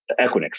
Equinix